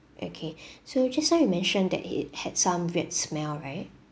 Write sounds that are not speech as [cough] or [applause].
okay [breath] so just now you mentioned that it had some weird smell right